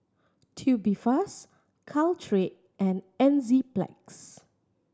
Tubifast Caltrate and Enzyplex